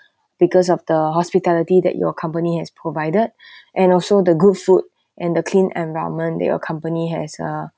because of the hospitality that your company has provided and also the good food and the clean environment that your company has uh